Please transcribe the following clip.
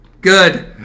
Good